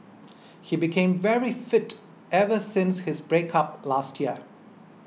he became very fit ever since his breakup last year